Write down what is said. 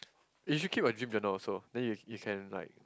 if she keep the dream journal also then you you can like